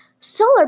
Solar